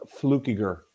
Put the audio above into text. Flukiger